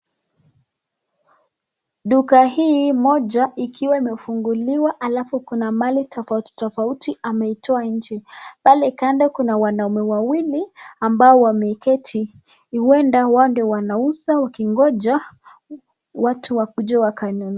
Duka hii moja ikiwa imefunguliwa alafu kuna mali tofauti tofauti ameitoa nje. Pale kando kuna wanaume wawili ambao wameketi, uenda wao ndio wanauza wakigonja watu wakuje wakanunue.